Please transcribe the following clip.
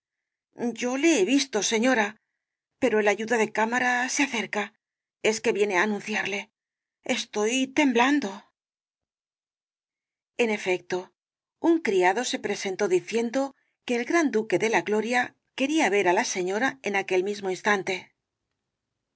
yo le he visto señora pero el ayuda de cámara se acerca es que viene á anunciarle estoy temblando en efecto un criado se presentó diciendo que el gran duque de la gloria quería ver á la señora en aquel mismo instante